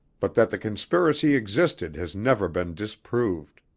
but that the conspiracy existed has never been disproved.